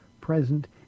present